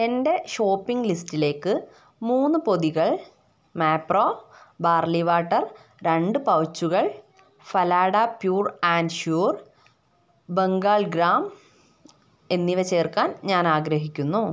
എന്റെ ഷോപ്പിംഗ് ലിസ്റ്റിലേക്ക് മൂന്ന് പൊതികൾ മാപ്രോ ബാർലി വാട്ടർ രണ്ട് പൗച്ചുകൾ Falada pure and sure Bengal gram എന്നിവ ചേർക്കാൻ ഞാൻ ആഗ്രഹിക്കുന്നു